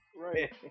Right